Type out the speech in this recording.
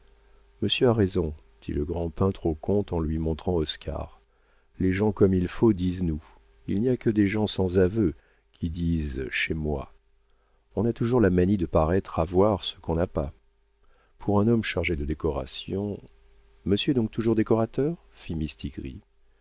monsieur a raison dit le grand peintre au comte en lui montrant oscar les gens comme il faut disent nous il n'y a que des gens sans aveu qui disent chez moi on a toujours la manie de paraître avoir ce qu'on n'a pas pour un homme chargé de décorations monsieur est donc toujours décorateur fit mistigris